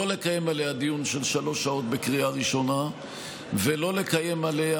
לא לקיים עליה דיון של שלוש שעות בקריאה ראשונה ולא לקיים עליה